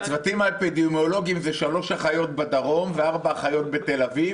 שהצוותים האפידמיולוגים זה שלוש אחיות בדרום וארבע אחיות בתל אביב,